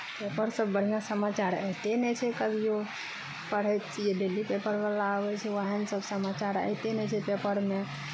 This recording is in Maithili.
पेपरसभ बढ़िआँ समाचार अयते नहि छै कभियो पढ़ै छियै डेली पेपरवला आबै छै ओहन सभ समाचार अयते नहि छै पेपरमे